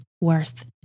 worth